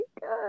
good